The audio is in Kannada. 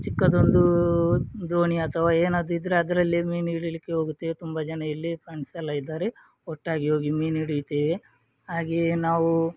ಚಿಕ್ಕದೊಂದು ದೋಣಿ ಅಥವಾ ಏನಾದ್ರೂ ಇದ್ದರೆ ಅದರಲ್ಲಿ ಮೀನು ಹಿಡಿಲಿಕ್ಕೆ ಹೋಗುತ್ತೇವೆ ತುಂಬ ಜನ ಇಲ್ಲಿ ಫ್ರೆಂಡ್ಸೆಲ್ಲ ಇದ್ದಾರೆ ಒಟ್ಟಾಗಿ ಹೋಗಿ ಮೀನು ಹಿಡಿತೇವೆ ಹಾಗೆಯೇ ನಾವು